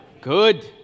Good